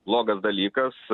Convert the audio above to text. blogas dalykas